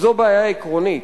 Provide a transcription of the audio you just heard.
וזו בעיה עקרונית,